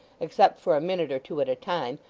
except for a minute or two at a time,